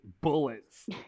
bullets